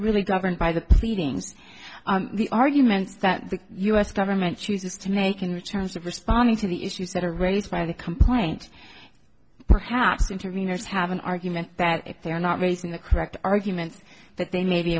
really governed by the pleadings the arguments that the u s government chooses to make in your terms of responding to the issues that are raised by the complaint perhaps intervenors have an argument that if they're not raising the correct arguments that they may be